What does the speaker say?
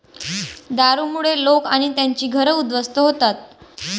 दारूमुळे लोक आणि त्यांची घरं उद्ध्वस्त होतात